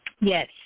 Yes